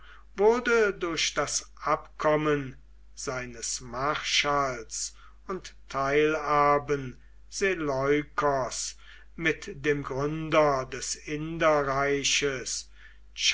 wurde durch das abkommen seines marschalls und teilerben seleukos mit dem gründer des inderreiches